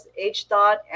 HDOT